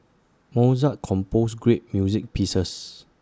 Mozart composed great music pieces